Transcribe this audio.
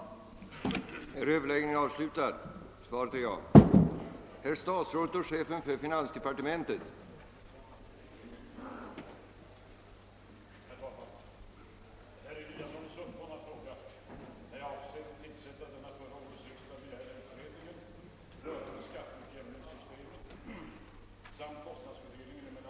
sättande av en utredning rörande skatteutjämningssystemet och kostnadsfördelningen mellan stat och kommun